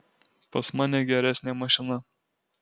pas mane geresnė mašina